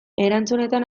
erantzunetan